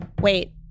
wait